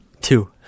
Two